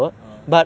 oh